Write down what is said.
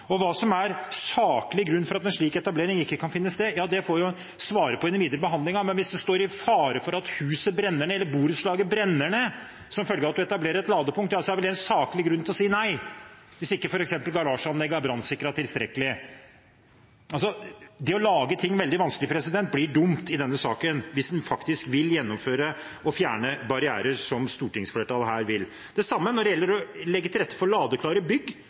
Hva som er saklig grunn til at en slik etablering ikke kan finne sted, det får man svare på i den videre behandlingen, men hvis det er fare for at huset eller borettslaget brenner ned som følge av at man etablerer et ladepunkt, er vel det en saklig grunn til å si nei – hvis ikke garasjeanlegget er brannsikret tilstrekkelig. Det å lage ting veldig vanskelig blir dumt i denne saken hvis en faktisk vil gjennomføre og fjerne barrierer – som stortingsflertallet vil. Det er det samme når det gjelder å legge til rette for ladeklare bygg.